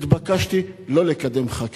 והתבקשתי לא לקדם חקיקה.